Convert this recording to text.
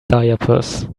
diapers